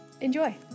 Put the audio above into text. enjoy